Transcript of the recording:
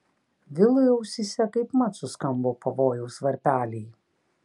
vilui ausyse kaipmat suskambo pavojaus varpeliai